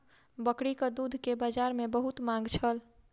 बकरीक दूध के बजार में बहुत मांग छल